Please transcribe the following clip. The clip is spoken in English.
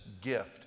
gift